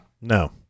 no